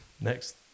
next